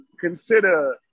consider